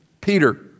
Peter